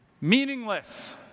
Meaningless